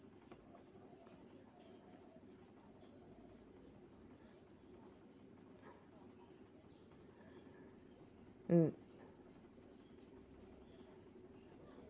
mm